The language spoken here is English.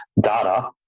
data